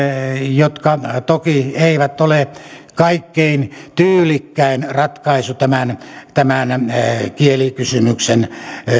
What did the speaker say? jotka toki eivät ole kaikkein tyylikkäin ratkaisu tämän tämän kielikysymyksen